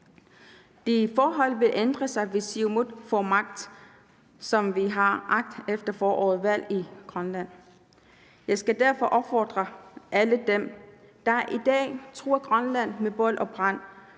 Det forhold vil ændre sig, hvis Siumut får magt, som vi har agt, efter forårets valg i Grønland. Kl. 16:31 Jeg skal derfor opfordre alle dem, der i dag truer Grønland med bål og brand